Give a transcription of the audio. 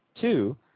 two